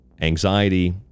Anxiety